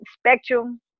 spectrum